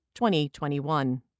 2021